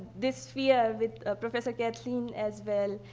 this fear with professor kathryn as well,